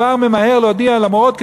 כבר ממהר להודיע למורות,